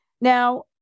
Now